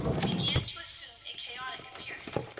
began to assume a chaotic appearance,